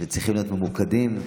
וצריכים להיות ממוקדים.